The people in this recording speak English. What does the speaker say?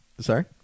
Sorry